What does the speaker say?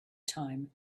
time